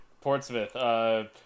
Portsmouth